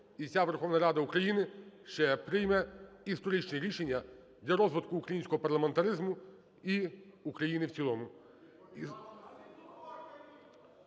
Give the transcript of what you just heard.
і ця Верховна Рада України ще прийме історичні рішення для розвитку українського парламентаризму і України в цілому.